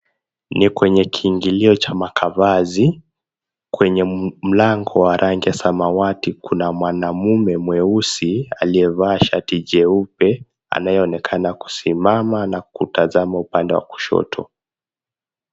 Ni kwenye kiingilio cha makavazi. Kwenye mlango wa rangi ya samawati kuna mwanamume mweusi aliyevaa shati jeupe, anayeonekana kusimama na kutazama upande wa kushoto.